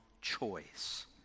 choice